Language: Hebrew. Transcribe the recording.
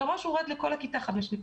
מראש הורדו לכל הכיתה חמש נקודות.